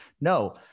No